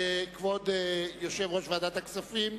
כבוד יושב-ראש ועדת הכספים,